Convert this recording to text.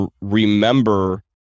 remember